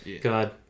God